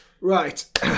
Right